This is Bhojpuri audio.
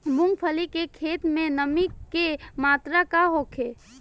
मूँगफली के खेत में नमी के मात्रा का होखे?